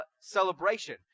celebration